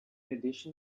addition